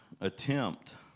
attempt